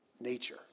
nature